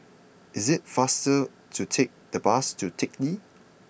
it is faster to take the bus to Teck Lee